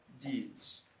deeds